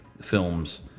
films